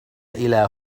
إلى